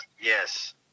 yes